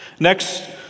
Next